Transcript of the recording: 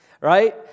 right